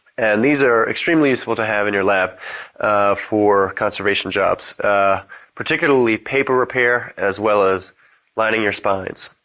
and these are extremely useful to have in your lab for conservation jobs particularly, paper repair as well as lining your spines.